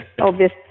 obvious